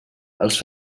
els